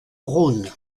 rhône